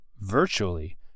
virtually